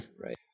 right